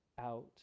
out